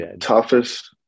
toughest